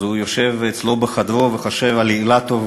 אז הוא יושב בחדרו וחושב על אילטוב,